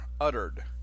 uttered